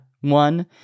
one